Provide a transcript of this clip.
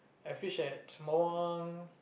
I fish at Semabawang